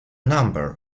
number